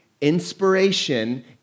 Inspiration